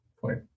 point